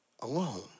alone